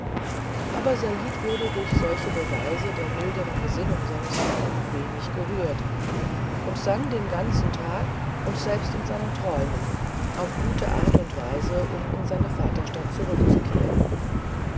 aber said wurde durch solche beweise der milderen gesinnungen seines herrn wenig gerührt und sann den ganzen tag und selbst in seinen träumen auf gute art und weise um in seine vaterstadt zurückzukehren